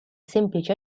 semplice